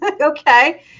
Okay